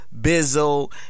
Bizzle